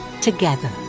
together